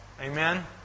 Amen